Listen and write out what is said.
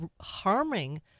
harming